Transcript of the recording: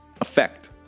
effect